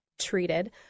treated